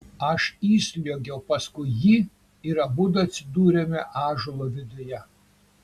aš įsliuogiau paskui jį ir abudu atsidūrėme ąžuolo viduje